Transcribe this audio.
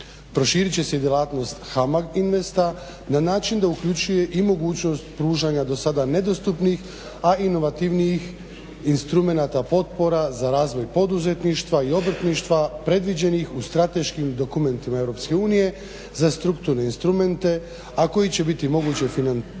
proširit će se djelatnost HAMAG investa na način da uključuje i mogućnost pružanja dosada nedostupnih, a inovativnijih instrumenata potpora za razvoj poduzetništva i obrtništva predviđenih u strateškim dokumentima EU za strukturne instrumente a koji će biti moguće financirati